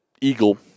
eagle